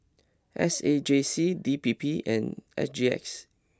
S A J C D P P and S G X